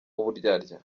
uburyarya